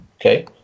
Okay